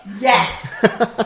Yes